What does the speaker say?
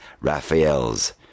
Raphael's